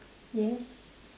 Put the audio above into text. yes